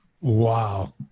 Wow